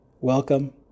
Welcome